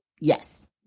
Yes